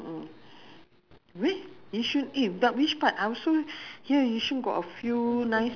ya so en~ people envy lah envy envy him ya you